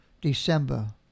December